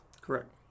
correct